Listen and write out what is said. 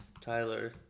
Tyler